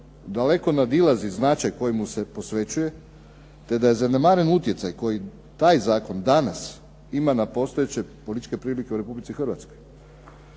daleko nadilazi značaj koji mu se posvećuje, te da je zanemaren utjecaj koji taj zakon danas ima na postojeće političke prilike u Republici Hrvatskoj.